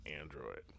Android